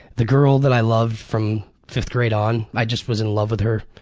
the girl that i loved from fifth grade on, i just was in love with her,